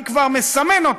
אני כבר מסמן אותו,